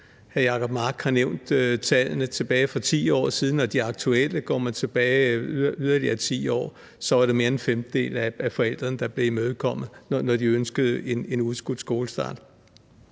Hr. Jacob Mark har nævnt tallene tilbage fra 10 år siden og de aktuelle tal, og går man yderligere 10 år tilbage, var det mere end en femtedel af forældrene, der blev imødekommet, når de ønskede en udskudt skolestart.